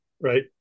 right